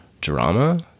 drama